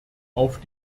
auf